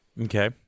Okay